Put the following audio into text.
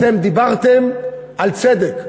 אתם דיברתם על צדק.